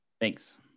Thanks